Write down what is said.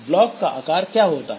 block का आकार क्या होता है